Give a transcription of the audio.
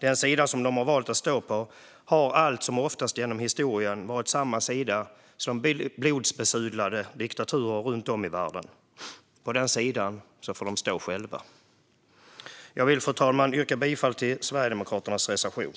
Den sida som de har valt att stå på har allt som oftast genom historien varit samma sida som blodbesudlade diktaturer runt om i världen stått på. På den sidan får de stå själva. Fru talman! Jag vill yrka bifall till Sverigedemokraternas reservation.